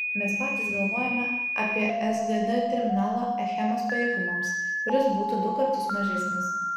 mes patys galvojome apie sgd terminalą achemos pajėgumams kuris būtų du kartus mažesnis